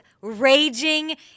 raging